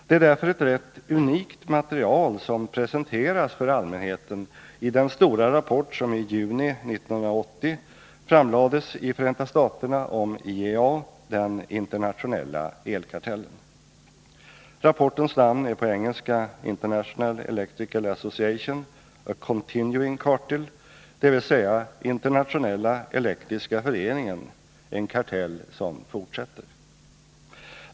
Det är därför ett rätt unikt material som presenteras för allmänheten i den stora rapport som i juni 1980 framlades i Förenta staterna om IEA =— den internationella elkartellen. Rapportens namn är på engelska International Electrical Association: a continuing cartel, dvs. Internationella Elektriska föreningen: en kartell som fortsätter.